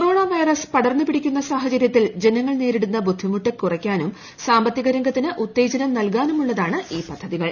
corona virus പടർന്നുപിടിക്കുന്ന സാഹചര്യത്തിൽ ജനങ്ങൾ നേരിടുന്ന ബുദ്ധിമുട്ട് കുറയ്ക്കാനും സാമ്പത്തിക രംഗത്തിന് ഉത്തേജനം നൽകാനുമുള്ളതാണ് ഈ പദ്ധതികൾ